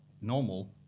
normal